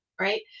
right